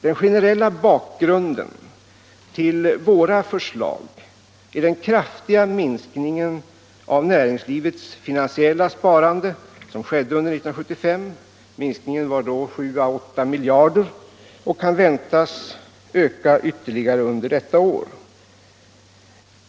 Den generella bakgrunden till våra förslag är den kraftiga minskning av näringslivets finansiella sparande som skedde under 1975. Minskningen var då 7 å 8 miljarder, och detta sparande kan väntas gå ned ytterligare under detta år.